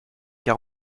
car